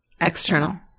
External